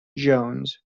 jones